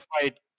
fight